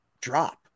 drop